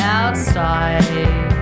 outside